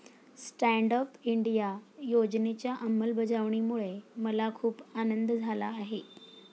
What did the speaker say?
stand Up India योजनेच्या अंमलबजावणीमुळे मला खूप आनंद झाला आहे